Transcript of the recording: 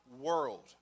world